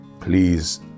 Please